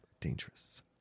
dangerous